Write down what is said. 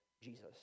Jesus